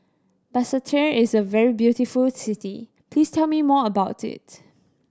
Basseterre is a very beautiful city please tell me more about it